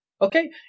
Okay